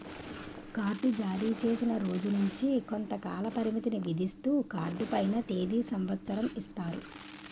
card జారీచేసిన రోజు నుంచి కొంతకాల పరిమితిని విధిస్తూ కార్డు పైన తేది సంవత్సరం ఇస్తారు